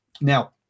Now